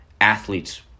Athletes